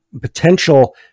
potential